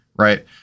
right